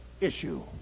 issue